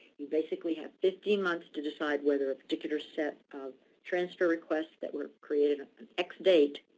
we basically have fifteen months to decide whether a particular set of transfer requests that we recreated an x date